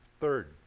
Third